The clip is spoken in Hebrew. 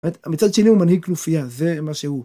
מצד שני הוא מנהיג כנופייה, זה מה שהוא.